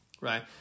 right